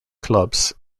clubs